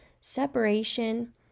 separation